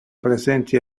presenti